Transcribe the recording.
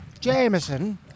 Jameson